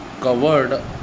covered